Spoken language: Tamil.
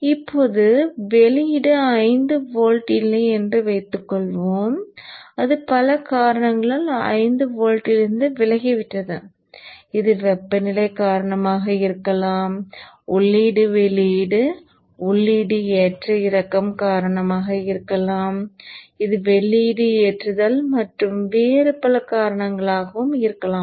இப்போது வெளியீடு 5 வோல்ட் இல்லை என்று வைத்துக்கொள்வோம் அது பல காரணங்களால் 5 வோல்ட்டிலிருந்து விலகிவிட்டது இது வெப்பநிலை காரணமாக இருக்கலாம் உள்ளீடு வெளியீடு உள்ளீடு ஏற்ற இறக்கம் காரணமாக இருக்கலாம் இது வெளியீடு ஏற்றுதல் மற்றும் வேறு பல காரணங்களாக இருக்கலாம்